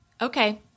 Okay